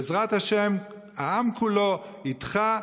בעזרת השם, העם כולו איתך.